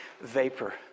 vapor